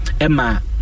Emma